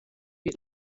vid